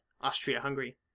Austria-Hungary